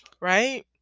Right